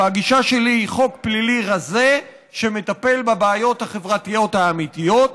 והגישה שלי היא חוק פלילי רזה שמטפל בבעיות החברתיות האמיתיות,